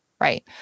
Right